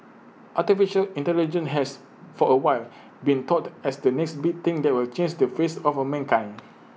Artificial Intelligence has for A while been touted as the next big thing that will change the face of mankind